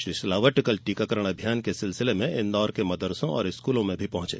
श्री सिलावट कल टीकाकरण अभियान के सिलसिले में इंदौर के मदरसों और स्कूलों में पहुँचे